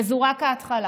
וזו רק ההתחלה.